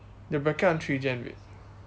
the bracket one three gen babe